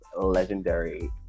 legendary